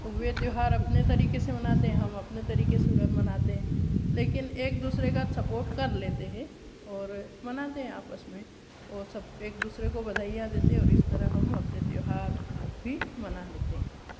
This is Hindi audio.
तो वे त्योहार अपने तरीके से मानते हैं हम त्योहार अपने तरीके से मानते हैं लेकिन एक दूसरे का सपोर्ट कर लेते हैं और मानते हैं आपस में वो सब एक दूसरे को बधाइयाँ देते हैं और इस तरह से हम अपने त्योहार भी मना लेते हैं